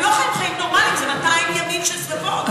הם לא חיים חיים נורמליים זה 200 ימים של שרפות.